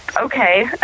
Okay